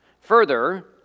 Further